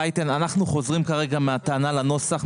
רייטן אנחנו חוזרים כרגע מהטענה לנוסח.